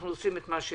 אנחנו עושים מה שאפשר.